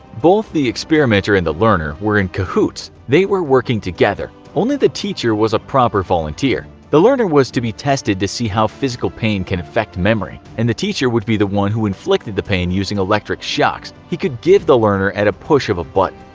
both the experimenter and the leaner were in cahoots, they were working together. only the teacher was a proper volunteer. the learner was to be tested to see how physical pain can affect memory and the teacher would be the one who inflicted the pain using electric shocks he could give the learner at the push of a but